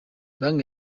banki